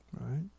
right